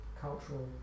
cultural